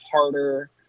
harder